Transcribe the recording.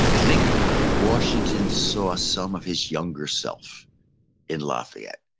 think washington saw some of his younger self in lafayette.